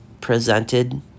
presented